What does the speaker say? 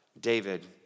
David